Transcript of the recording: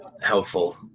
helpful